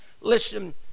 listen